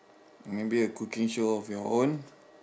maybe a cooking show of your own